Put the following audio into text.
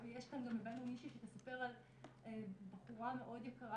וגם הבאנו מישהי שתספר על בחורה מאוד יקרה